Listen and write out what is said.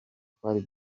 twari